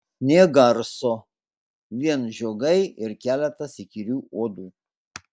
nė garso vien žiogai ir keletas įkyrių uodų